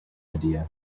idea